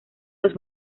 los